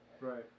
Right